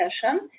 session